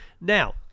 now